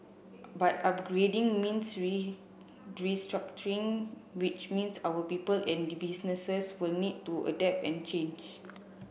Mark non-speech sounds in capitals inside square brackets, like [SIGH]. but upgrading means [UNINTELLIGIBLE] restructuring which means our people and the businesses was need to adapt and change